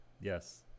Yes